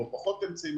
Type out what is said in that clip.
או פחות אמצעים,